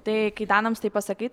tai kai danams tai pasakai